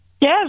Yes